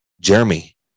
Jeremy